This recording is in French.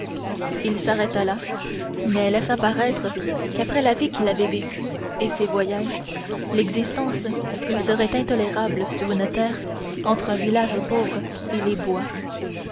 il s'arrêta là mais laissa paraître qu'après la vie qu'il avait vécue et ses voyages l'existence lui serait intolérable sur une terre entre un village pauvre et les bois